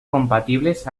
compatibles